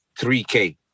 3K